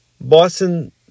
Boston